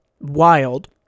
wild